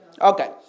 Okay